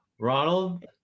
Ronald